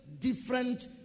different